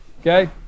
okay